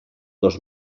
dos